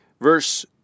Verse